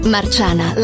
Marciana